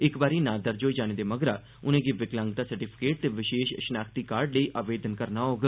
इक बारी नांऽ दर्ज होई जाने दे मगरा उनें'गी विकलांगता सर्टिफिकेट ते विशेष शनाख्त कार्ड लेई आनलाईन आवेदन करना होग